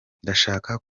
ndashaka